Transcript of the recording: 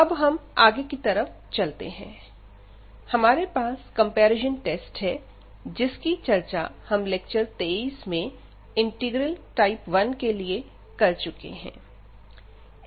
अब हम आगे की तरफ चलते हैं हमारे पास कंपैरिजन टेस्ट है जिसकी चर्चा हम लेक्चर 23 में इंटीग्रल टाइप 1 के लिए कर चुके हैं